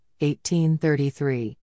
1833